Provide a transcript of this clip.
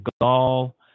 gall